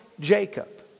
Jacob